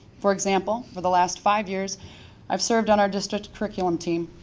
for example, for the last five years i've served on our district curriculum team.